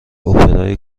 اپرای